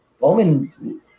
Bowman